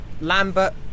Lambert